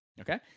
Okay